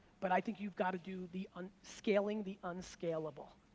but i think you've gotta do the and scaling the un-scalable.